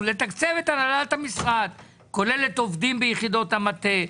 הוא לתקצב את הנהלת המשרד כולל עובדים ביחידות המטה.